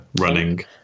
running